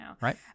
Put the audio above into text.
right